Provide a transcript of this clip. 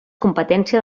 competència